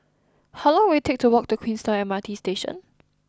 how long will it take to walk to Queenstown M R T Station